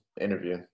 interview